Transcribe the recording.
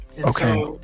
Okay